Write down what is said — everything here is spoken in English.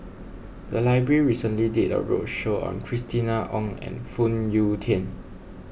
the library recently did a roadshow on Christina Ong and Phoon Yew Tien